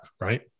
right